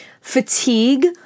Fatigue